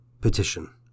PETITION